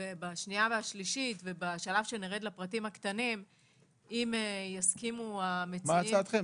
בקריאה שנייה ושלישית ובשלב שנרד לפרטים הקטנים --- מה ההצעה שלכם,